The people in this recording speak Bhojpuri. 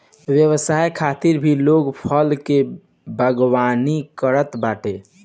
व्यवसाय खातिर भी लोग फल के बागवानी करत बाटे